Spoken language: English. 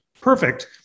perfect